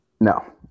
No